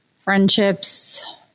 friendships